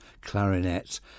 clarinet